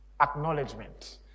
Acknowledgement